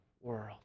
world